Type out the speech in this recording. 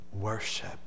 worship